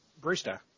Brewster